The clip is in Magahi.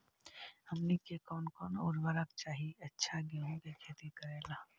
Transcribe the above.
हमनी के कौन कौन उर्वरक चाही अच्छा गेंहू के खेती करेला?